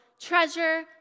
Treasure